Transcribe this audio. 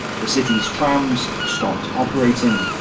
the city's trams stopped operating,